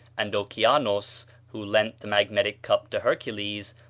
and oceanos, who lent the magnetic cup to hercules,